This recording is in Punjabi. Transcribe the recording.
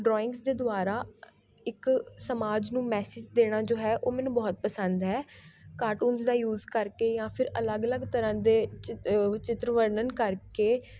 ਡਰੋਇੰਗਜ਼ ਦੇ ਦੁਆਰਾ ਇੱਕ ਸਮਾਜ ਨੂੰ ਮੈਸੇਜ ਦੇਣਾ ਜੋ ਹੈ ਉਹ ਮੈਨੂੰ ਬਹੁਤ ਪਸੰਦ ਹੈ ਕਾਰਟੂਨਜ਼ ਦਾ ਯੂਜ਼ ਕਰਕੇ ਜਾਂ ਫਿਰ ਅਲੱਗ ਅਲੱਗ ਤਰ੍ਹਾਂ ਦੇ ਚਿੱ ਚਿੱਤਰ ਵਰਨਨ ਕਰਕੇ